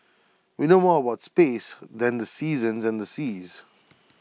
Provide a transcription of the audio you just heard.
we know more about space than the seasons and the seas